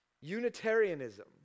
Unitarianism